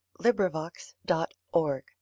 LibriVox.org